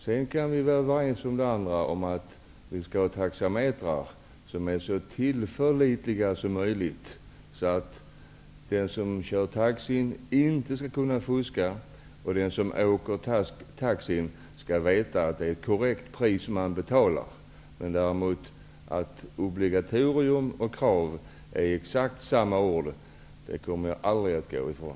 Vi kan däremot vara överens om att vi skall ha taxametrar som är så tillförlitliga som möjligt, så att den som kör taxin inte skall kunna fuska och den som åker taxin skall veta att det är ett korrekt pris han betalar. Men att obligatorium och krav har exakt samma innebörd, kommer jag aldrig att gå ifrån.